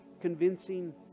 convincing